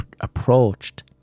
approached